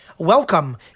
Welcome